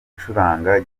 gucuranga